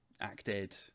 acted